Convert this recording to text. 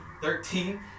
Thirteen